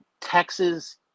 Texas